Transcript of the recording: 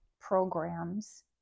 programs